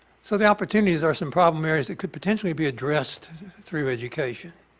so the opportunities or some problem areas that could potentially be addressed through education.